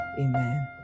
Amen